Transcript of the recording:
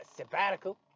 sabbatical